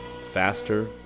faster